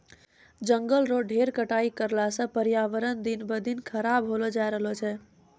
जंगल रो ढेर कटाई करला सॅ पर्यावरण दिन ब दिन खराब होलो जाय रहलो छै